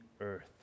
earth